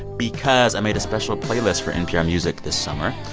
because i made a special playlist for npr music this summer.